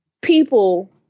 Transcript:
People